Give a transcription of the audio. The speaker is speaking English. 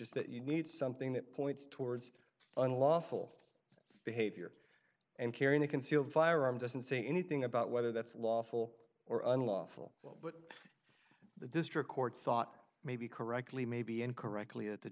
is that you need something that points towards unlawful behavior and carrying a concealed firearm doesn't say anything about whether that's lawful or unlawful but the district court thought maybe correctly maybe in correctly